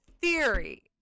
theory